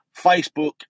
Facebook